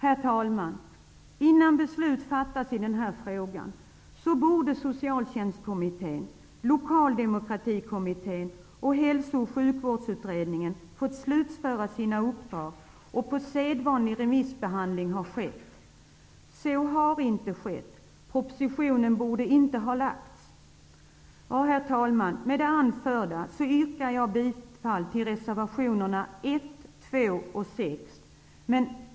Herr talman! Innan beslut fattas i denna fråga borde Socialtjänstkommittén, Lokaldemokratikommittén och hälso och sjukvårdsutredningen få slutföra sina uppdrag och sedvanlig remissbehandling ske. Så har inte skett. Propositionen borde inte ha lagts fram. Herr talman! Med det anförda yrkar jag bifall till reservationerna 1, 2 och 6.